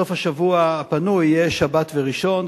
סוף השבוע הפנוי יהיה שבת וראשון,